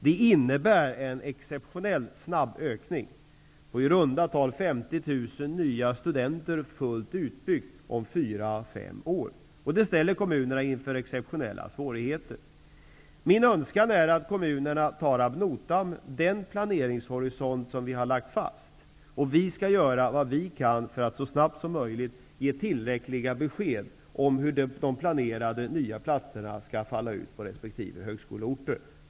Det innebär en exceptionellt snabb ökning på i runda tal 50 000 nya studenter när ökningen är fullt genomförd om fyra fem år. Detta ställer också kommunerna inför exceptionella svårigheter. Min önskan är att kommunerna tar ad notam den planeringshorisont som vi har lagt fast. Vi skall göra vad vi kan för att så snabbt som möjligt ge tillräckliga besked om hur de planerade nya platserna skall falla ut på resp. högskoleorter.